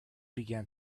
began